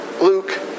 Luke